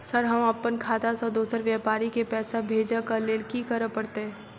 Sir हम अप्पन खाता सऽ दोसर व्यापारी केँ पैसा भेजक लेल की करऽ पड़तै?